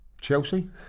Chelsea